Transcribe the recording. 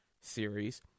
series